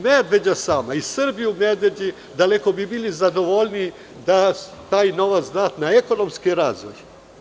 Medveđa sama i Srbi u Medveđi daleko bi bili zadovoljniji da je taj novac dat na ekonomski razvoj.